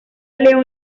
león